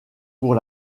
pour